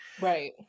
right